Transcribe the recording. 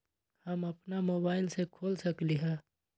हम अपना मोबाइल से खोल सकली ह?